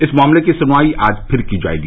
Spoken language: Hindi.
इस मामले की सुनवाई आज फिर की जाएगी